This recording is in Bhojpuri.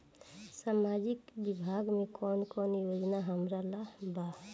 सामाजिक विभाग मे कौन कौन योजना हमरा ला बा?